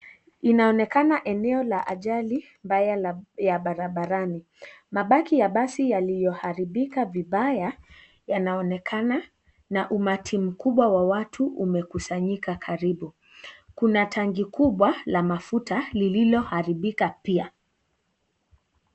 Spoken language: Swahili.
Inaonekana eneo la ajali mbaya ya barabarani. Mabaki ya basi yaliyoharibika vibaya yanaonekana na umati mkubwa wa watu umekusanyika karibu, Kuna tanki kubwa la mafuta lililoharibika pia.